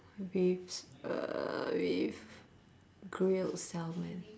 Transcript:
with uh with grilled salmon